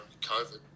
COVID